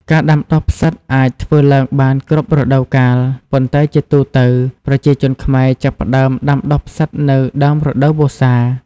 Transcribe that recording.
ការដាំដុះផ្សិតអាចធ្វើឡើងបានគ្រប់រដូវកាល ប៉ុន្តែជាទូទៅ ប្រជាជនខ្មែរចាប់ផ្ដើមដាំដុះផ្សិតនៅ ដើមរដូវវស្សា។